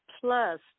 plus